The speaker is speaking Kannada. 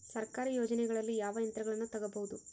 ಸರ್ಕಾರಿ ಯೋಜನೆಗಳಲ್ಲಿ ಯಾವ ಯಂತ್ರಗಳನ್ನ ತಗಬಹುದು?